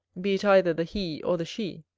be it either the he or the she,